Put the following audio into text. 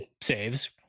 saves